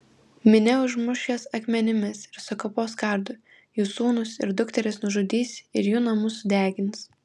minia užmuš jas akmenimis ir sukapos kardu jų sūnus ir dukteris nužudys ir jų namus sudegins